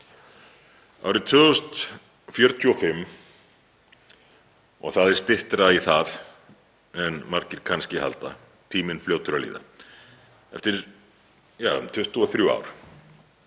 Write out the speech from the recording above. Árið 2045, og það er styttra í það en margir kannski halda, tíminn er fljótur að líða, eftir 23 ár